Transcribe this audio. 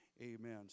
Amen